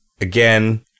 again